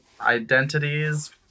identities